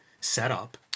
setup